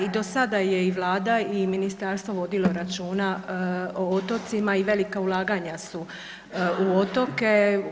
Da i do sada je i Vlada i ministarstvo vodilo računa o otocima i velika ulaganja su u otoke.